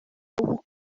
ubu